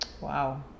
Wow